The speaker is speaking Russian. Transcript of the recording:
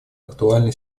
актуальны